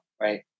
right